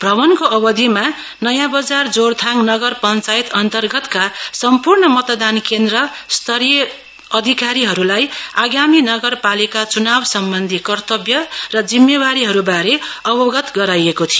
अमणको अवधिमा नयाँ बजार जोरथाङ नगर पञ्चायत अन्तर्गतका सम्पूर्ण मतदान केन्द्र स्तरीय अधिकारीहरूलाई आगामी नगरपालिका चुनावसम्बन्धी कर्तव्य र जिम्मेवारीहरूबारे अवगत गराइएको थियो